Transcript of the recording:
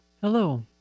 Hello